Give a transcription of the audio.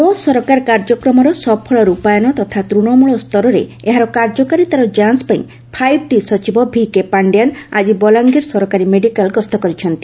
ମୋ ସରକାର କାର୍ଯ୍ୟକ୍ରମର ସଫଳ ରୂପାୟନ ତଥା ତୃଣମୂଳ୍୍ରରରେ ଏହାର କାର୍ଯ୍ୟକାରୀତାର ଯାଞ ପାଇଁ ଫାଇଭ୍ ଟି ସଚିବ ଭିକେ ପାଣ୍ଡିଆନ ଆକି ବଲାଙ୍ଗୀର ସରକାରୀ ମେଡ଼ିକାଲ ଗସ୍ତ କରିଛନ୍ତି